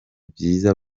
byiza